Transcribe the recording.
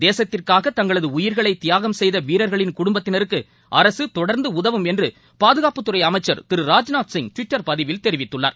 தேசத்திற்காக தங்களது உயிர்களை தியாகம் செய்த வீரர்களின் குடும்பத்தினருக்கு அரசு தொடர்ந்து உதவும் என்று பாதுகாப்புத்துறை அமைச்சர் திரு ராஜ்நாத் சிங் டுவிட்டர் பதிவில் தெரிவித்துள்ளார்